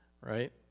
right